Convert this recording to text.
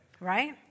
Right